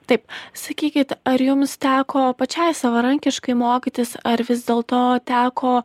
taip sakykit ar jums teko pačiai savarankiškai mokytis ar vis dėl to teko